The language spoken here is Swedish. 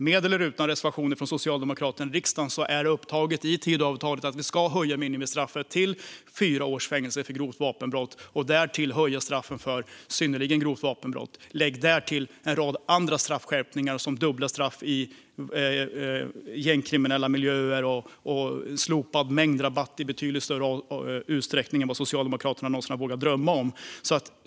Med eller utan reservationer från Socialdemokraterna i riksdagen är det upptaget i Tidöavtalet att vi ska höja minimistraffet till fyra års fängelse för grovt vapenbrott och därtill höja straffet för synnerligen grovt vapenbrott. Därtill kan läggas en rad andra straffskärpningar, såsom dubbla straff i gängkriminella miljöer och slopad mängdrabatt i betydligt större utsträckning än vad Socialdemokraterna någonsin vågat drömma om.